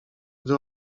gdy